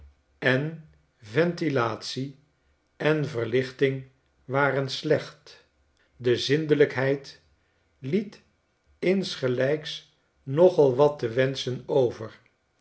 en ventilatie en verlichting waren slecht de zindelijkheid liet insgelijks nogal wat te wenschen over